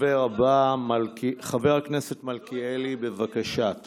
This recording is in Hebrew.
הדובר הבא, חבר הכנסת מלכיאלי, בבקשה.